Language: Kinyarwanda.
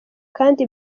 kandi